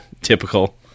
typical